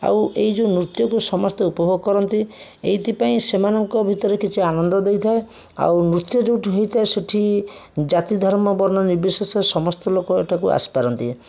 ଆଉ ଏହି ଯେଉଁ ନୃତ୍ୟକୁ ସମସ୍ତେ ଉପଭୋଗ କରନ୍ତି ଏଇଥିପାଇଁ ସେମାନଙ୍କ ଭିତରେ କିଛି ଆନନ୍ଦ ଦେଇଥାଏ ଆଉ ନୃତ୍ୟ ଯେଉଁଠି ହୋଇଥାଏ ସେଇଠି ଜାତି ଧର୍ମ ବର୍ଣ୍ଣ ନିର୍ବିଶେଷରେ ସମସ୍ତ ଲୋକ ଏଠାକୁ ଆସିପାରନ୍ତି